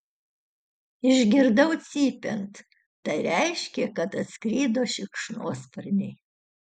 išgirdau cypiant tai reiškė kad atskrido šikšnosparniai